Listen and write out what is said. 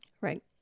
Right